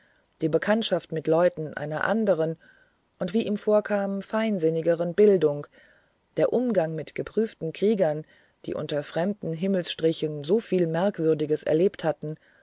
die bekanntschaft mit leuten einer anderen und wie ihm vorkam feinsinnigeren bildung der umgang mit geprüften kriegern die unter fremden himmelsstrichen so viel merkwürdiges erlebt hatten